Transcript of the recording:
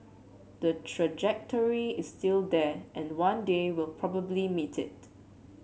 the trajectory is still there and one day we'll probably meet it